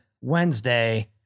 Wednesday